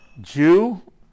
Jew